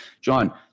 John